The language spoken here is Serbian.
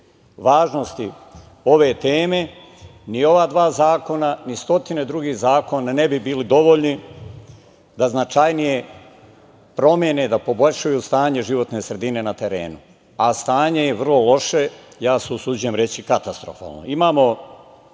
važnosti ove teme, ni ova dva zakona, ni stotine drugih zakona ne bi bilo dovoljni da značajnije promene, da poboljšaju stanje životne sredine na terenu, a stanje je vrlo loše, ja se usuđujem reći katastrofalno. Imamo